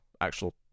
actual